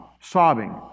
sobbing